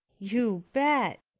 you bet!